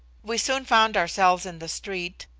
we soon found ourselves in the street,